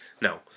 No